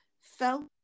felt